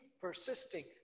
persisting